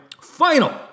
Final